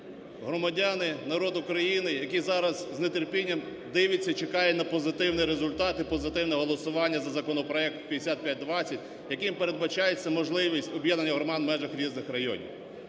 Громадяни, народ України, який зараз з нетерпінням дивиться, чекає на позитивний результат і позитивне голосування за законопроект 5520, яким передбачається можливість об'єднання громад в межах різних районів.